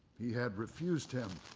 he had refused him